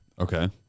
Okay